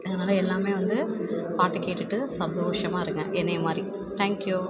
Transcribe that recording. அதனால எல்லாரும் வந்து பாட்டு கேட்டுட்டு சந்தோஷமாக இருங்க என்னைய மாதிரி தேங்க்யூ